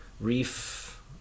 reef